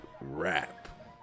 rap